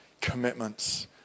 commitments